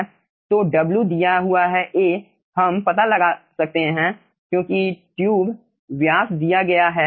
तो w दिया हुआ है A हम पता लगा सकते हैं क्योंकि ट्यूब व्यास दिया गया है